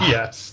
Yes